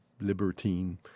libertine